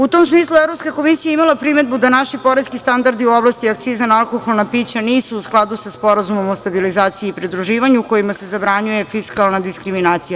U tom smislu Evropska komisija je imala primedbu da naši poreski standardi u oblasti akciza na alkoholna pića nisu u skladu sa Sporazumom o stabilizaciji i pridruživanju kojima se zabranjuje fiskalna diskriminacija.